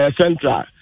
central